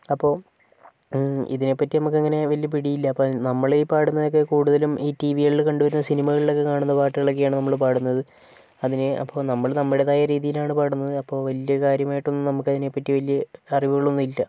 അപ്പോൾ ഇതിനെപ്പറ്റി നമുക്കിങ്ങിനെ വലിയ പിടിയില്ല അപ്പം നമ്മളീ പാടുന്നതൊക്കെ കൂടുതലും ഈ ടിവികളിൽ കണ്ടുവരുന്ന സിനിമകളിലൊക്കെ കാണുന്ന പാട്ടുകളൊക്കെയാണ് നമ്മൾ പാടുന്നത് അതിന് അപ്പോൾ നമ്മൾ നമ്മുടേതായ രീതിയിലാണ് പാടുന്നത് അപ്പോൾ വലിയ കാര്യമായിട്ടൊന്നും നമുക്കതിനെപ്പറ്റി വലിയ അറിവുകളൊന്നും ഇല്ല